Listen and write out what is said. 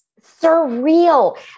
Surreal